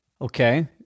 Okay